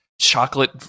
chocolate